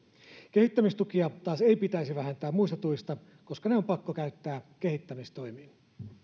kehittämistukia taas ei pitäisi vähentää muista tuista koska ne on pakko käyttää kehittämistoimiin